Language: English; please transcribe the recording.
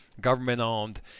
government-owned